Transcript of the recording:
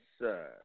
sir